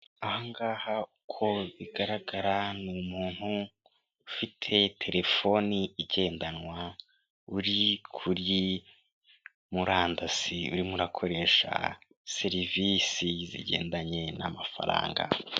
Aha ngaha uko bigaragara, ni umuntu ufite telefoni igendanwa, uri kuri murandasi, urimo akoresha serivisi zigendanye n'amafaranga.